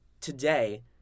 Today